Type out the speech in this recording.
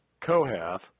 Kohath